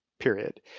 period